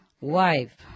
Wife